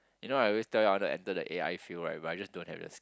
you know I always tell you on the enter the a_i field right but I just don't have the